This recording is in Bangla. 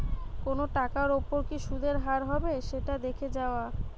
কোনো টাকার ওপর কি সুধের হার হবে সেটা দেখে যাওয়া